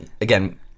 again